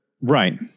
Right